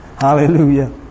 hallelujah